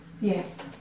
yes